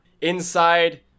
Inside